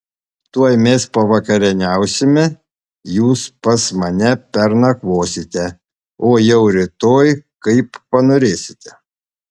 tuoj mes pavakarieniausime jūs pas mane pernakvosite o jau rytoj kaip panorėsite